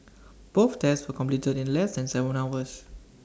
both tests were completed in less than Seven hours